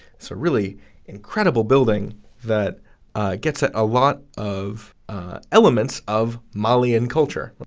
so really incredible building that gets ah a lot of elements of malian culture.